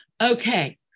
Okay